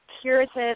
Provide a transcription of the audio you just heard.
curative